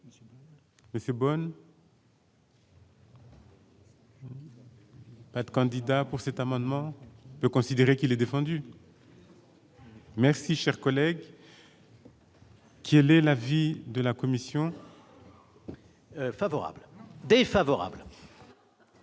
monsieur Boucher. être candidat pour cet amendement de considérer qu'il est défendu. Merci, cher collègue. Quel est l'avis de la commission. Favorable défavorables.